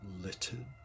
littered